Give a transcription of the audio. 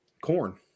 Corn